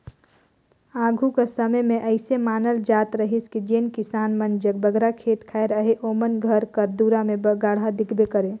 आघु कर समे मे अइसे मानल जात रहिस कि जेन किसान मन जग बगरा खेत खाएर अहे ओमन घर कर दुरा मे गाड़ा दिखबे करे